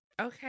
Okay